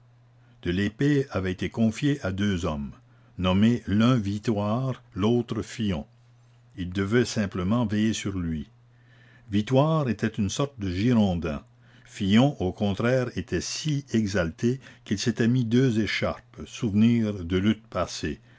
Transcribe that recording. de lespée avait été confié à deux hommes nommés l'un vitoire l'autre fillon ils devaient simplement veiller sur lui vitoire était une sorte de girondin fillon au contraire était si exalté qu'il s'était mis deux écharpes souvenirs de